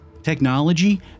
Technology